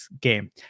game